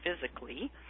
physically